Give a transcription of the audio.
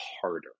harder